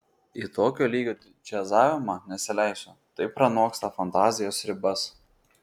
į tokio lygio džiazavimą nesileisiu tai pranoksta fantazijos ribas